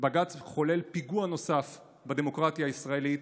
בג"ץ חולל פיגוע נוסף בדמוקרטיה הישראלית,